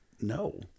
no